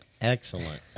excellent